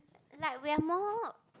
like we're more